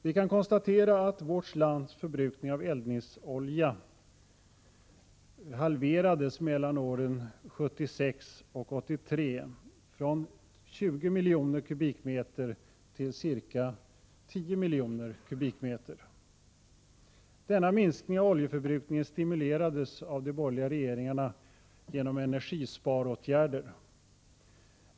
Vi kan konstatera att vårt lands förbrukning av eldningsolja halverades mellan åren 1976 och 1983, från 20 miljoner m? till ca 10 miljoner m?. Denna minskning av oljeförbrukningen stimulerades av de borgerliga regeringarna genom energisparåtgärder.